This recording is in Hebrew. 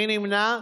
מי נמנע?